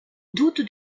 doute